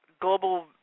Global